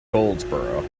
goldsboro